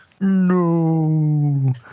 No